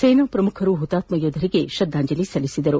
ಸೇನಾ ಪ್ರಮುಖರು ಹುತಾತ್ಕ ಯೋಧರಿಗೆ ಶ್ರದ್ನಾಂಜಲಿ ಸಲ್ಲಿಸಿದರು